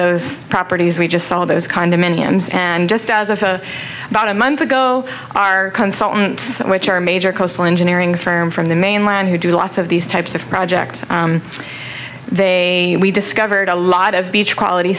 those properties we just saw those condominiums and just as a about a month ago our consultants which are major coastal engineering firm from the mainland who do lots of these types of projects they discovered a lot of beach quality